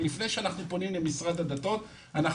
לפני שאנחנו פונים למשרד הדתות זה רק